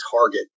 target